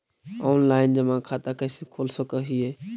Online जमा खाता कैसे खोल सक हिय?